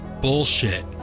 bullshit